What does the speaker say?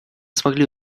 смогли